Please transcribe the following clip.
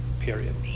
period